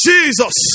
Jesus